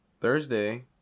Thursday